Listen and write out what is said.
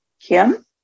Kim